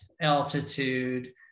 altitude